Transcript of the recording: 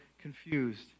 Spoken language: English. confused